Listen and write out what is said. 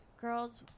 girls